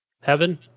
heaven